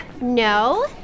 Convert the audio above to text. No